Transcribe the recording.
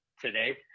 today